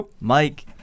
Mike